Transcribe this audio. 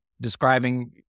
describing